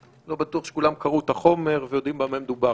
בטוח שכולם קראו את החומר ויודעים במה מדובר.